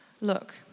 Look